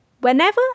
Whenever